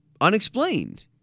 unexplained